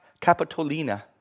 Capitolina